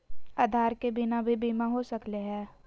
आधार के बिना भी बीमा हो सकले है?